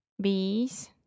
Bees